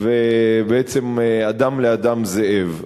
ובעצם אדם לאדם זאב?